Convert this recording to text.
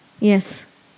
Yes